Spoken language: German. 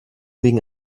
wegen